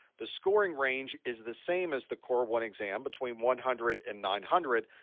the scoring range is the same as the core one exam, between one hundred and nine hundred.